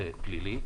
זה פלילי.